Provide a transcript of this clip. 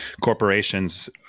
corporations